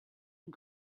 and